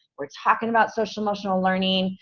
we're talking about social-emotional learning,